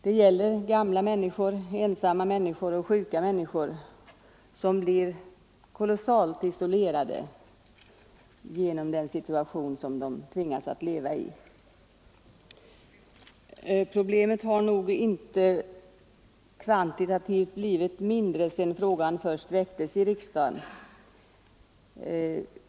Det gäller gamla, ensamma och sjuka människor, som blir kolossalt isolerade genom den situation de tvingas att leva i. Problemet har nog inte kvantitativt blivit mindre sedan frågan först väcktes i riksdagen.